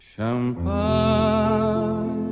Champagne